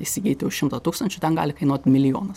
įsigyti už šimtą tūkstančių ten gali kainuot milijonas